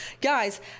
guys